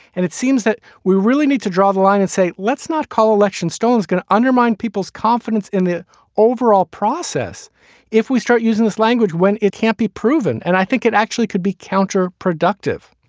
and it seems that we really need to draw the line and say let's not call election stones going to undermine people's confidence in the overall process if we start using this language when it can't be proven. and i think it actually could be counter productive